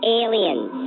aliens